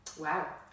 Wow